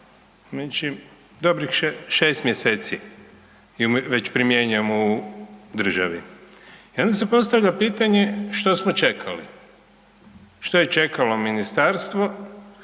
dobrih šest mjeseci ju već primjenjujemo u državi, i onda se postavlja pitanje što smo čekali?, što je čekalo Ministarstvo?,